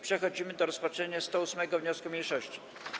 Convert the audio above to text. Przechodzimy do rozpatrzenia 108. wniosku mniejszości.